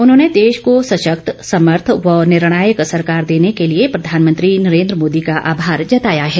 उन्होंने देश को सशक्त समर्थ व निर्णायक सरकार देने के लिए प्रधानमंत्री नरेंद्र मोदी का आभार जताया है